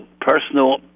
personal